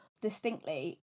distinctly